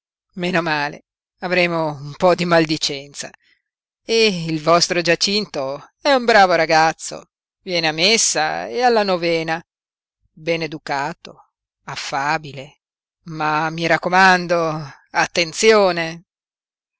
male avremo un po di maldicenza e il vostro giacinto è un bravo ragazzo viene a messa e alla novena ben educato affabile ma mi raccomando attenzione